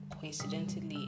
coincidentally